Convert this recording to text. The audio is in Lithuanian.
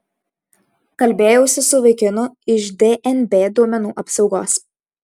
kalbėjausi su vaikinu iš dnb duomenų apsaugos